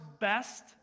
best